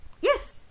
yes